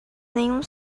nenhum